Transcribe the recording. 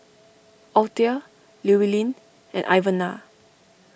Althea Llewellyn and Ivana